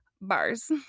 bars